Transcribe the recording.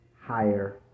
higher